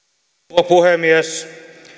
rouva puhemies